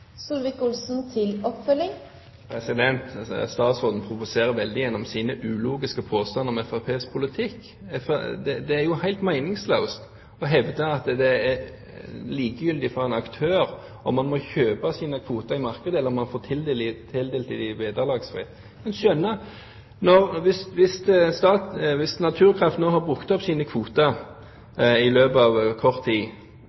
Statsråden provoserer veldig gjennom sine ulogiske påstander om Fremskrittspartiets politikk. Det er helt meningsløst å hevde at det er likegyldig for en aktør om man må kjøpe sine kvoter i markedet eller om man får dem tildelt vederlagsfritt. En må skjønne at hvis Naturkraft nå har brukt opp sine kvoter i løpet av kort tid,